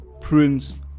prince